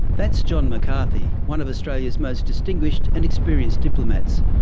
that's john mccarthy, one of australia's most distinguished and experienced diplomats.